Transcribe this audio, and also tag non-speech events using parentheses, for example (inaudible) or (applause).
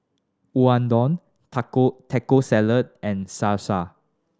Unadon (unintelligible) Taco Salad and Salsa